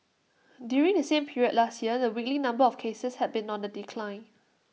during the same period last year the weekly number of cases had been on the decline